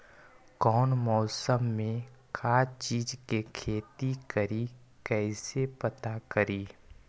कौन मौसम में का चीज़ के खेती करी कईसे पता करी?